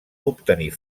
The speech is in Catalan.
obtenir